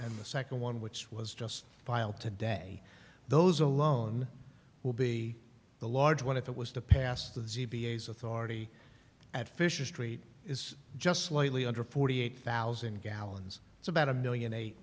and the second one which was just filed today those alone will be the large one if it was to pass the c b s authority at fisher street is just slightly under forty eight thousand gallons it's about a million a right